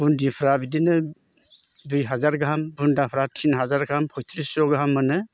बुन्दिफ्रा बिदिनो दुइहाजार गाहाम बुन्दाफ्रा टिनहाजार गाहाम पइथ्रिच्च' गाहाम मोनो